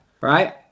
right